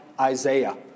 Isaiah